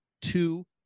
two